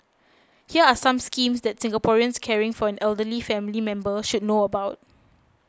here are some schemes that Singaporeans caring for an elderly family member should know about